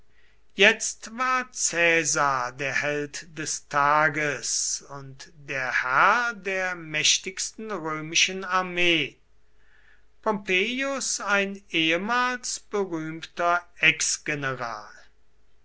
jetzt war caesar der held des tages und der herr der mächtigsten römischen armee pompeius ein ehemals berühmter